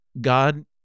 God